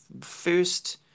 first